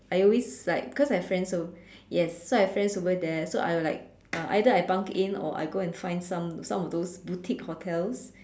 I always like cause I have friends over yes so I have friends over there so I will like uh either I bunk it in or I go and find some some of those boutique hotels